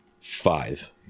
Five